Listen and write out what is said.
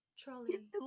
Trolley